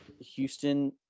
houston